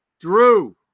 Drew